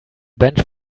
bench